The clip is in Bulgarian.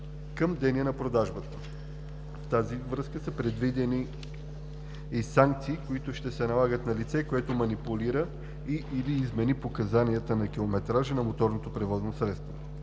към деня на продажбата. В тази връзка са предвидени и санкции, които ще се налагат на лице, което манипулира и/или измени показанията на километража на моторното превозно средство.